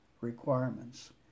requirements